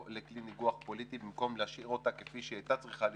לכלי ניגוח פוליטי במקום להשאיר אותה כפי שהיא הייתה צריכה להיות,